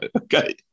okay